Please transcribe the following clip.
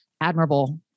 admirable